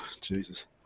Jesus